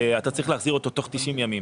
אתה צריך להחזיר אותו תוך 90 ימים.